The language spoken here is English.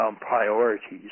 priorities